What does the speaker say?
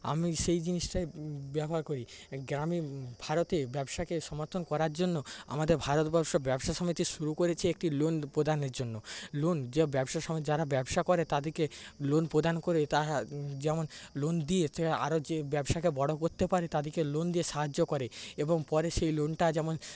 আমি সেই জিনিসটাই ব্যবহার করি গ্রামে ভারতে ব্যবসাকে সমর্থন করার জন্য আমাদের ভারতবর্ষ ব্যবসা সমিতি শুরু করেছে একটি লোন প্রদানের জন্য লোন যা ব্যবসা সমেত যারা ব্যবসা করে তাদেরকে লোন প্রদান করে তারা যেমন লোন দিয়ে যে আরও যে ব্যবসাকে বড়ো করতে পারে তাদেরকে লোন দিয়ে সাহায্য করে এবং পরে সেই লোনটা যেমন